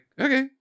okay